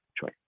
choice